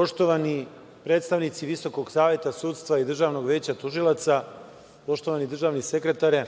poštovani predstavnici Visokog saveta sudstva i Državnog veća tužilaca, poštovani državni sekretare,